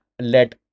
let